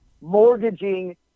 mortgaging